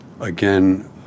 Again